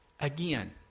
again